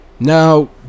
Now